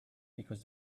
because